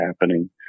happening